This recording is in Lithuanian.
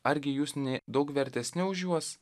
argi jūs nė daug vertesni už juos